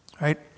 right